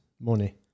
money